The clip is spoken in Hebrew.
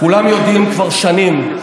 (חבר הכנסת יעקב אשר יוצא מאולם המליאה.) כולם יודעים כבר שנים,